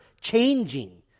changing